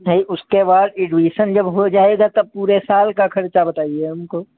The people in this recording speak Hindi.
नहीं उसके बाद इडविसन जब हो जाएगा तब पूरे साल का खर्चा बताइए हमको